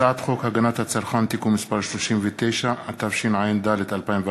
הצעת חוק הגנת הצרכן (תיקון מס' 39), התשע"ד 2014,